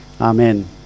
Amen